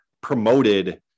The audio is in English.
promoted